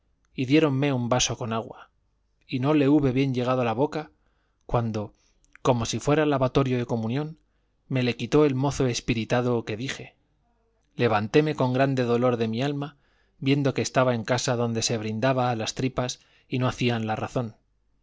y diéronme un vaso con agua y no le hube bien llegado a la boca cuando como si fuera lavatorio de comunión me le quitó el mozo espiritado que dije levantéme con grande dolor de mi alma viendo que estaba en casa donde se brindaba a las tripas y no hacían la razón